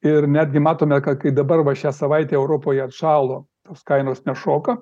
ir netgi matome kai dabar va šią savaitę europoje atšalo tos kainos nešoka